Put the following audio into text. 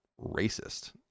racist